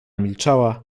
milczała